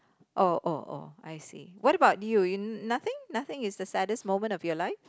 oh oh oh I see what about you you nothing nothing is the saddest moment of your life